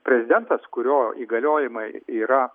prezidentas kurio įgaliojimai yra